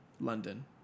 London